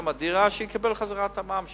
שיקבל חזרה את המע"מ,